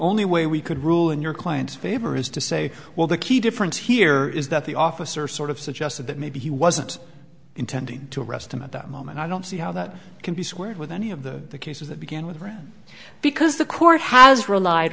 only way we could rule in your client's fabre is to say well the key difference here is that the officer sort of suggested that maybe he wasn't intending to arrest him at that moment i don't see how that can be squared with any of the cases that begin with because the court has relied